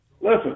Listen